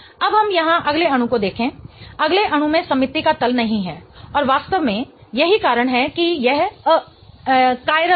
अब हम यहां अगले अणु को देखें अगले अणु में समिति का तल नहीं है और वास्तव में यही कारण है कि यह कायरल है